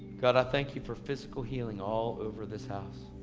god i thank you for physical healing all over this house.